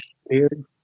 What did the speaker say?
disappeared